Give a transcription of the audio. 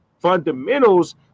fundamentals